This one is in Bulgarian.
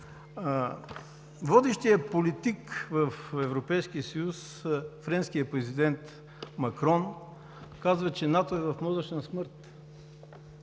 Водещият политик в Европейския съюз – френският президент Макрон, казва, че НАТО е в мозъчна смърт.